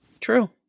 True